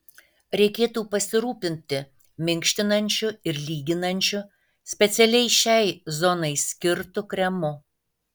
reikėtų pasirūpinti minkštinančiu ir lyginančiu specialiai šiai zonai skirtu kremu